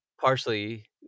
partially